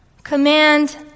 Command